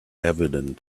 evident